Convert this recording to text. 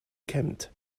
kämmt